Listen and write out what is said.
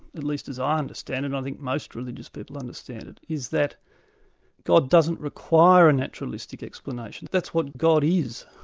at least as ah i understand it, i think most religious people understand it, is that god doesn't require a naturalistic explanation, that's what god is,